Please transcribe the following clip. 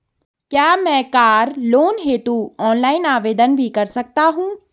क्या मैं car loan हेतु ऑनलाइन आवेदन भी कर सकता हूँ?